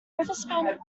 overspent